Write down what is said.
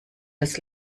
des